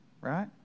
Right